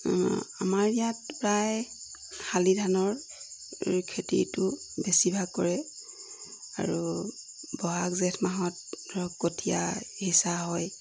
আমাৰ ইয়াত প্ৰায় শালিধানৰ খেতিটো বেছিভাগ কৰে আৰু বহাগ জেঠ মাহত ধৰক কঠীয়া সিঁচা হয়